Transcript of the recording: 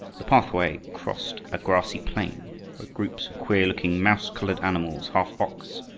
the pathway crossed a grassy plain where groups queer-looking, mouse-colored animals, half ox,